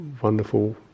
wonderful